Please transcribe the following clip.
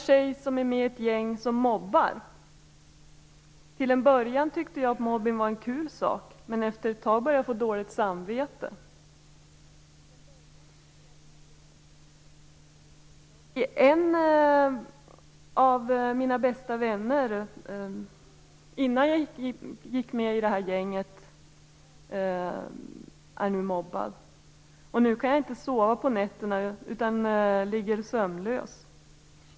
Till en början tyckte jag mobbning var en kul sak, men efter ett tag började jag få dåligt samvete. En av mina bästa vänner innan jag gick med i det här gänget är nu mobbad. Och nu kan jag inte sova på nätterna utan ligger sömnlös.